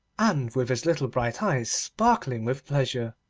and with his little bright eyes sparkling with pleasure.